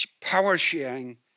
power-sharing